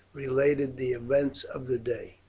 related the events of the day.